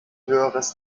höheres